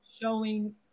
showing